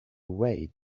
wait